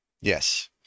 Yes